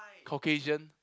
Caucasian